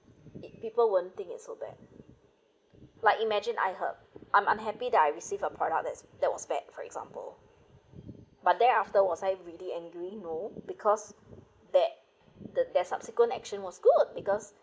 if people won't think it's so bad like imagine I heard I'm unhappy that I receive a product that's that was bad for example but thereafter was I really angry no because that the their subsequent action was good because